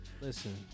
Listen